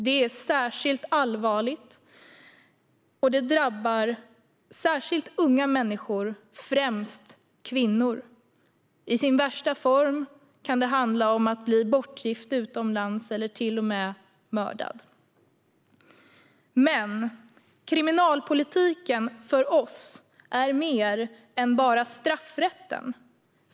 Det är särskilt allvarligt, och det drabbar särskilt unga människor, främst kvinnor. I sin värsta form kan det handla om att bli bortgift utomlands eller till och med mördad. Men kriminalpolitik är för oss mer än bara straffrätten.